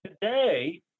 today